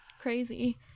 Crazy